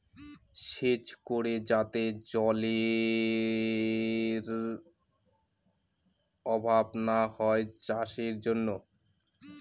সেচ করে যাতে জলেরর অভাব না হয় চাষের জন্য